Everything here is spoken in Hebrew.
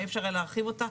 אי אפשר היה להרחיב אותה,